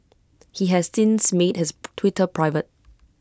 he has since made his Twitter private